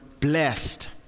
blessed